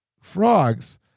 frogs